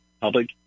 public